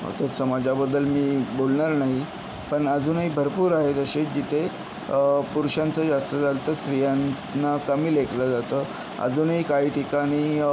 आता समाजाबद्दल मी बोलणार णाही पण अजूनही भरपूर आहे जसे जिथे पुरुषांचं जास्त चालतं स्त्रियांच् ना कमी लेखलं जातं अजूनही काही ठिकाणी